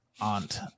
Aunt